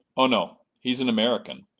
oh, no he's an american.